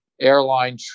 airline